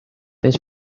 its